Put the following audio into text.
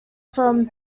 from